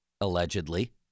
allegedly